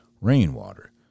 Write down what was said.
rainwater